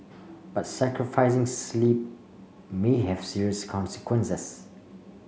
but sacrificing sleep may have serious consequences